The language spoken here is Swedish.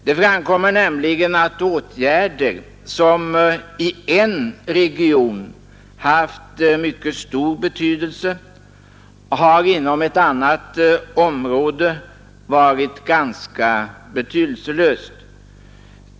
Det visar sig nämligen att åtgärder som i en region haft mycket stor betydelse inom ett annat område har varit ganska betydelselösa.